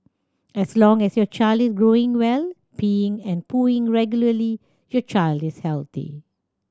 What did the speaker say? as long as your child is growing well peeing and pooing regularly your child is healthy